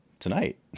tonight